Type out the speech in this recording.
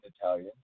Italian